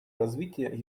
развития